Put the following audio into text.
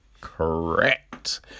correct